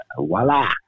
voila